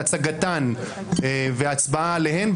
הצגתן והצבעה עליהן.